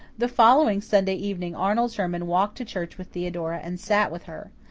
the following sunday evening arnold sherman walked to church with theodora, and sat with her.